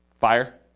Fire